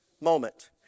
moment